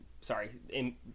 sorry